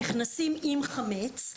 נכנסים עם חמץ,